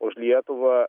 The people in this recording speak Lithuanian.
už lietuvą